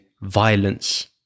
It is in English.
violence